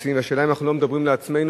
והשאלה היא אם אנחנו לא מדברים אל עצמנו